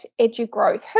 Edugrowth